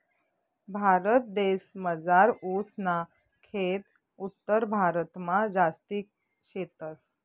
भारतदेसमझार ऊस ना खेत उत्तरभारतमा जास्ती शेतस